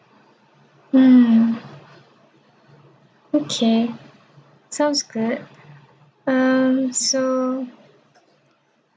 mm okay sounds good um so